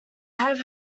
have